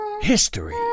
history